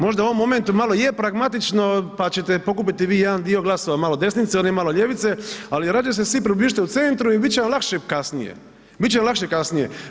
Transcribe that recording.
Možda u ovom momentu malo je pragmatično pa čete pokupiti vi jedan dio glasova malo desnice oni malo ljevice ali radije se svi približite centru i bit će vam lakše kasnije, bit će vam lakše kasnije.